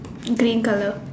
green colour